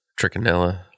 trichinella